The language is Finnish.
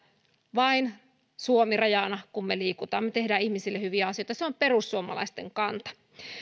vain suomi on rajana kun me liikumme me teemme ihmisille hyviä asioita se on perussuomalaisten kanta